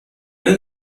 این